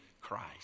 Christ